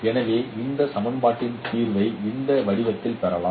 எனவே இந்த சமன்பாட்டின் தீர்வை இந்த வடிவத்தில் பெறலாம்